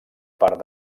part